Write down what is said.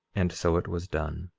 and so it was done,